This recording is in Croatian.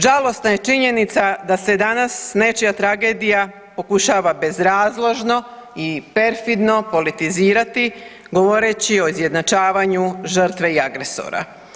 Žalosna je činjenica da se danas nečija tragedija pokušava bezrazložno i perfidno politizirati govoreći o izjednačavanju žrtve i agresora.